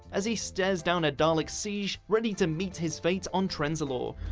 as he stares down a dalek siege, ready to meet his fate on trenzalore.